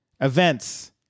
events